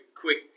quick